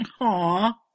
Aww